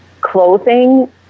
clothing